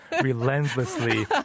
relentlessly